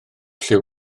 lliw